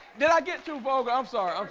did i get through vogue, i'm sorry,